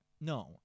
no